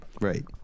Right